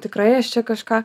tikrai aš čia kažką